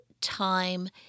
time